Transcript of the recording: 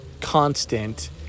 constant